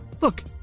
Look